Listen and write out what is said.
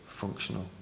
functional